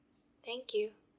thank you